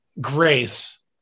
grace